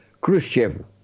Khrushchev